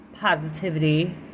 positivity